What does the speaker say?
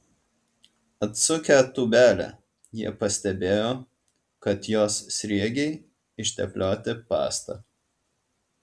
atsukę tūbelę jie pastebėjo kad jos sriegiai išteplioti pasta